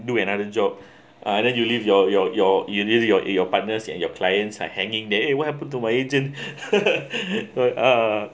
do another job uh and then you leave your your your you leave it your your partners and your clients are hanging there eh what happen to my agent